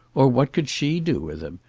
or what could she do with him?